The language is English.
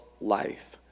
life